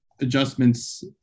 adjustments